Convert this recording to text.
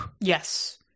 Yes